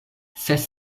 ses